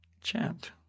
chant